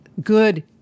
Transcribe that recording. good